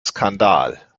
skandal